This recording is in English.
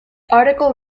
article